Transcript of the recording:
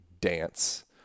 dance